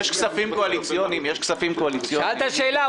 יש כספים קואליציוניים --- שאלת שאלה,